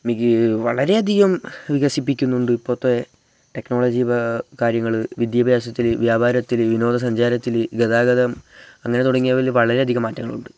വികി വളരെയധികം വികസിപ്പിക്കുന്നുണ്ട് ഇപ്പോഴത്തെ ടെക്നോളജി കാര്യങ്ങള് വിദ്യാഭ്യാസത്തില് വ്യാപാരത്തില് വിനോദസഞ്ചാരത്തില് ഗതാഗതം അങ്ങനെ തുടങ്ങിയവയില് വളരധികം മാറ്റങ്ങളുണ്ട്